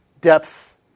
depth